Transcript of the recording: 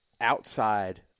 outside